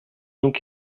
donc